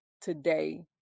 today